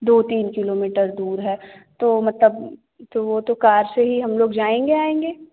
दो तीन किलोमीटर दूर है तो मतलब तो वो तो कार से ही हम लोग जाएँगे आएँगे